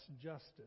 justice